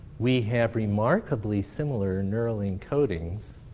we have remarkably similar neural encodings